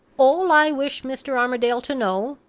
all i wish mr. armadale to know,